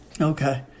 okay